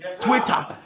Twitter